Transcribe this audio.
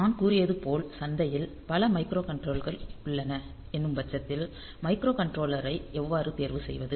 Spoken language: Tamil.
நான் கூறியது போல் சந்தையில் பல மைக்ரோ கன்ட்ரோலர்கள் உள்ளன என்னும் பட்சத்தில் மைக்ரோ கன்ட்ரோலரை எவ்வாறு தேர்வு செய்வது